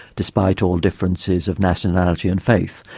despite all differences of nationality and faith.